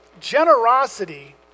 generosity